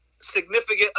significant